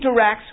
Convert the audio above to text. interacts